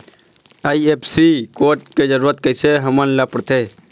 IFSC code के जरूरत कैसे हमन ला पड़थे?